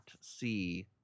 see